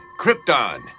krypton